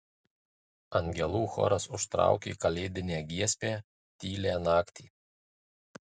angelų choras užtraukė kalėdinę giesmę tylią naktį